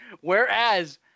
Whereas